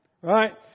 Right